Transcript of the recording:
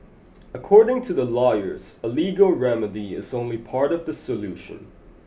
according to the lawyers a legal remedy is only part of the solution